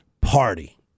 party